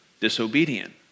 disobedient